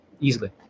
easily